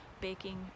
baking